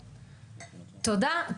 תודה,